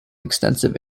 extensive